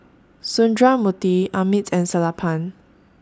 Sundramoorthy Amit and Sellapan